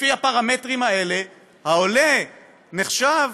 ולפי הפרמטרים האלה, העולה נחשב